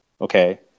okay